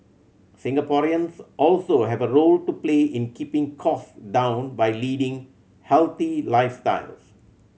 Singaporeans also have a role to play in keeping cost down by leading healthy lifestyles